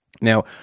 Now